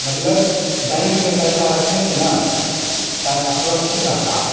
मतलब बैंक में पैसा रखने से ना पैसे सुरक्षित रहते हैं